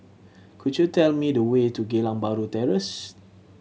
could you tell me the way to Geylang Bahru Terrace